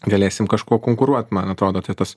galėsim kažkuo konkuruot man atrodo tai tas